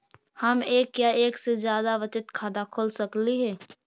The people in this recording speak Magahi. हम एक या एक से जादा बचत खाता खोल सकली हे?